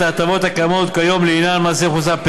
ההטבות הקיימות כיום לעניין מס ערך מוסף,